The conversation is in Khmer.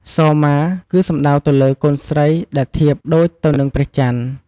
សោមា គឺសំដៅទៅលើ កូនស្រីដែលធៀបដូចទៅនឹងព្រះច័ន្ទ។